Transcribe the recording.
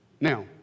Now